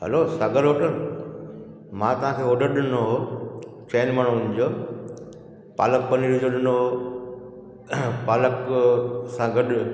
hello Sagar hotel मां तव्हांखे ऑडरु ॾिनो हो चइनि माण्हुनि जो पालक पनीर जो ॾिनो पालक सां गॾु